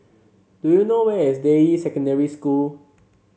do you know where is Deyi Secondary School